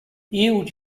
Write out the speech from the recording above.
yield